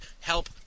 help